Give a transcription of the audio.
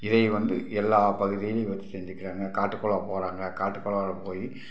இதை வந்து எல்லாப் பகுதியிலும் வச்சு செஞ்சுக்கிறாங்கள் காட்டுக்குள்ளே போகிறாங்க காட்டுக்குள்ளார போய்